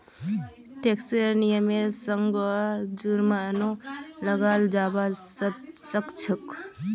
टैक्सेर नियमेर संगअ जुर्मानो लगाल जाबा सखछोक